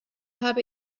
habe